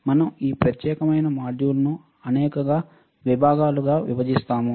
మనం ఈ ప్రత్యేకమైన మాడ్యూళ్ళను అనేక విభాగాలుగా విభజించాము